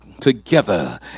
together